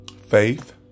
Faith